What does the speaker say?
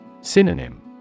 Synonym